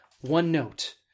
one-note